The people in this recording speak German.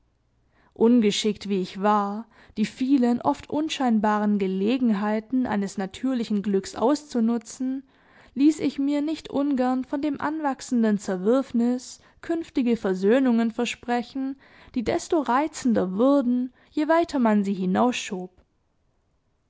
ungeschickt wie ich war die vielen oft unscheinbaren gelegenheiten eines natürlichen glücks auszunutzen ließ ich mir nicht ungern von dem anwachsenden zerwürfnis künftige versöhnungen versprechen die desto reizender wurden je weiter man sie